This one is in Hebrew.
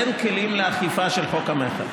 אין כלים לאכיפה של חוק המכר,